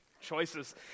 Choices